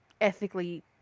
ethically